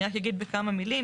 אני רק אגיד בכמה מילים.